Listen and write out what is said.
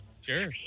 Sure